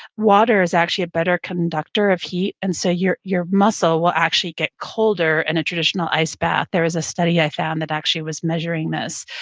water is actually at better conductor of heat, and so your your muscle will actually get colder in and a traditional ice bath. there is a study i found that actually was measuring this.